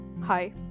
Hi